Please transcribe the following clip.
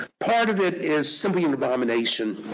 part of it is simply an abomination.